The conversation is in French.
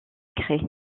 créé